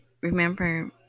Remember